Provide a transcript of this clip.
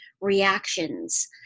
reactions